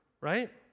right